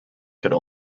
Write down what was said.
could